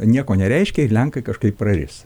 nieko nereiškia ir lenkai kažkaip praris